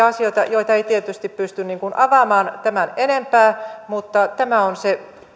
asioita joita ei tietysti pysty avaamaan tämän enempää mutta tämä on se